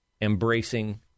Embracing